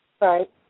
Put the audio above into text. Right